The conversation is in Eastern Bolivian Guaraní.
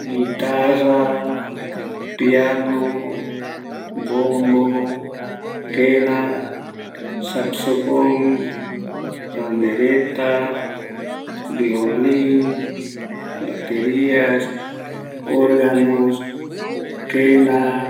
Guitarra, Piano, Bombo, quena, sacsofon, pandereta, violin, bateria, organo, quena